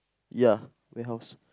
ya warehouse